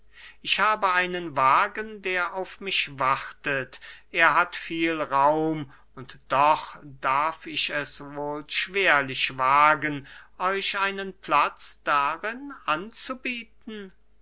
ich habe einen wagen der auf mich wartet er hat viel raum und doch darf ich es wohl schwerlich wagen euch einen platz darin anzubieten